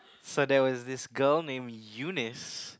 so there was this girl named Eunice